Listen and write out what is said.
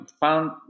found